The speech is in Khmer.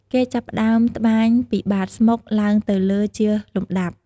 គេចាប់ផ្តើម ត្បាញពីបាតស្មុក ឡើងទៅលើជាលំដាប់។